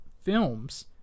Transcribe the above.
films